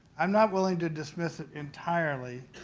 i'm not willing to dismiss it entirely